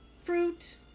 fruit